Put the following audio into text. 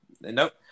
Nope